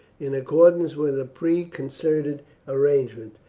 in accordance with a preconcerted arrangement,